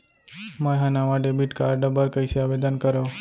मै हा नवा डेबिट कार्ड बर कईसे आवेदन करव?